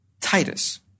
Titus